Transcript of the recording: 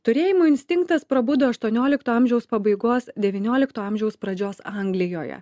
turėjimo instinktas prabudo aštuoniolikto amžiaus pabaigos devyniolikto amžiaus pradžios anglijoje